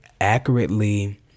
accurately